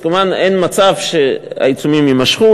כמובן, אין מצב שהעיצומים יימשכו.